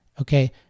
okay